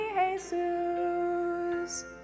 Jesus